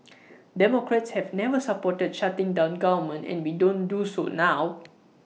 democrats have never supported shutting down government and we don't do so now